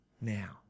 now